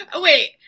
Wait